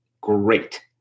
great